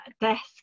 desk